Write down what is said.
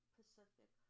Pacific